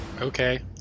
okay